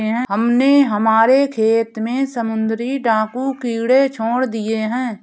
हमने हमारे खेत में समुद्री डाकू कीड़े छोड़ दिए हैं